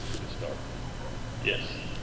to start yes